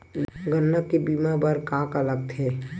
गन्ना के बीमा बर का का लगथे?